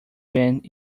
bend